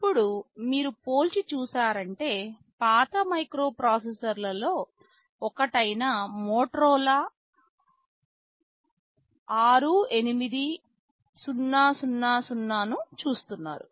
ఇప్పుడుమీరు పోల్చి చూసారంటే పాత మైక్రోప్రాసెసర్లలో ఒకటైన మోటరోలా 68000 ను చూస్తున్నారు